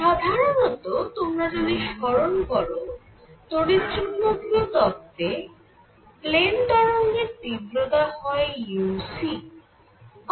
সাধারণত তোমরা যদি স্মরণ করো তড়িৎচুম্বকীয় তত্ত্বে প্লেন তরঙ্গের তীব্রতা হয় uc